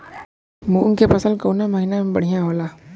मुँग के फसल कउना महिना में बढ़ियां होला?